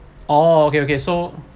oh okay okay so